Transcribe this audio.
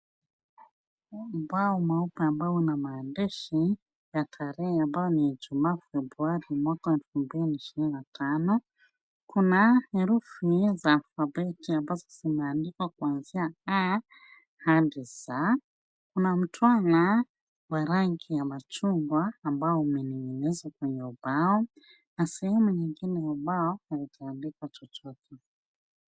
Ubao mweupe ambao una maandishi ya tarehe ambayo ni Ijumaa, Februari, mwaka wa elfu mbili ishirini na tano. Kuna herufi za alfabeti ambazo zimeandikwa kwanzia A hadi Z. Kuna mtwana wa rangi ya machungwa ambao umening'inizwa kwenye ubao na sehemu nyingine ya ubao haijaandikwa chochote.